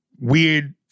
weird